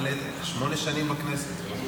שמונה שנים בכנסת.